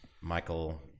Michael